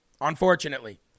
unfortunately